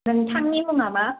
नोंथांनि मुङा मा